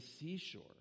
seashore